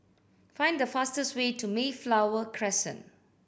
find the fastest way to Mayflower Crescent